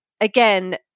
again